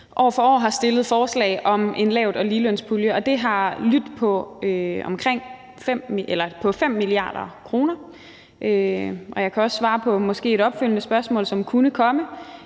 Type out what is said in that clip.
år for år har fremsat forslag om en lavt- og ligelønspulje, og det beløb har lydt på 5 mia. kr. Jeg kan også svare på et spørgsmål, som kunne komme